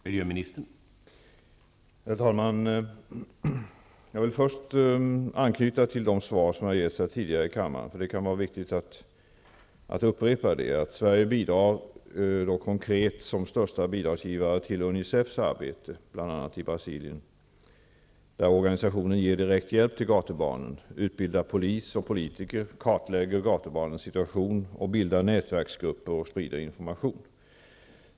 Herr talman! Jag vill först anknyta till de svar som har getts tidigare i kammaren. Det kan vara viktigt att upprepa att Sverige konkret bidrar som största bidragsgivare till Unicefs arbete bl.a. i Brasilien. Organisationen ger direkt hjälp till gatubarnen, utbildar polis och politiker, kartlägger gatubarnens situation, bildar nätverksgrupper och sprider information.